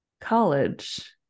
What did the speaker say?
college